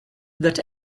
that